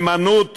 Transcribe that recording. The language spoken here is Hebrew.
מהימנות וחברות,